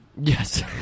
Yes